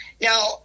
now